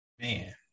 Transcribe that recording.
man